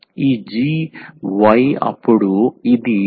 ఈ g y అప్పుడు ఇది Iye∫gydy ను సమగ్రపరిచే అంశం అవుతుంది